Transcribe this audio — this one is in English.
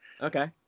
Okay